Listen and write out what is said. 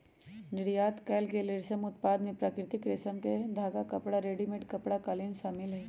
निर्यात कएल गेल रेशम उत्पाद में प्राकृतिक रेशम के धागा, कपड़ा, रेडीमेड कपड़ा, कालीन शामिल हई